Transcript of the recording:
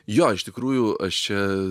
jo iš tikrųjų aš čia